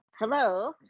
Hello